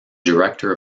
director